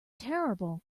terrible